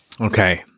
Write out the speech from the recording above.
Okay